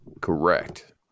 correct